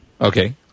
Okay